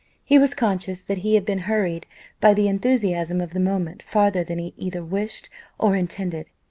he was conscious that he had been hurried by the enthusiasm of the moment farther than he either wished or intended.